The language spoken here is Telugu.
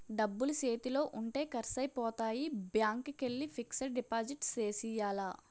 డబ్బులు సేతిలో ఉంటే ఖర్సైపోతాయి బ్యాంకికెల్లి ఫిక్సడు డిపాజిట్ సేసియ్యాల